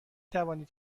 توانید